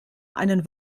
einen